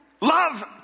love